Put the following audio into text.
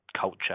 culture